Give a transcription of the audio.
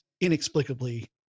inexplicably